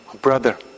brother